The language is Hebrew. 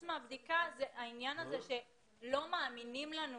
מהבדיקה, העניין הזה שלא מאמינים לנו.